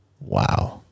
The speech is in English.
Wow